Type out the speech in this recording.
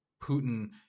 Putin